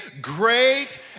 great